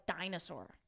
dinosaur